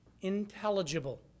intelligible